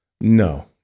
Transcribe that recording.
No